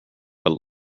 but